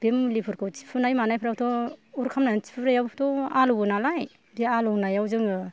बे मुलिफोरखौ थिफुनाय मानायफ्रावथ' अर खामनानानै थिफुनायावथ' आलौवो नालाय बिदि आलौनायाव जोङो